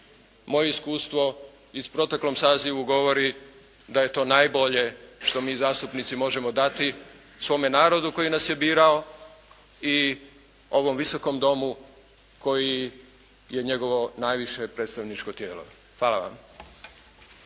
Moje iskustvo u proteklom sazivu govori da je to najbolje što mi zastupnici možemo dati svome narodu koji nas je birao i ovom Visokom domu koji je njegovo najviše predstavničko tijelo. Hvala vam.